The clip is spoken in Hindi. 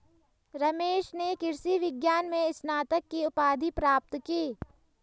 रमेश ने कृषि विज्ञान में स्नातक की उपाधि प्राप्त की